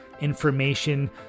information